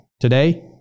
Today